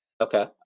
okay